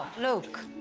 luke.